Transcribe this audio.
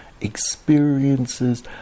experiences